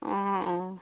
অঁ অঁ